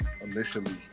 initially